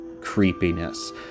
creepiness